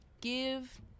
give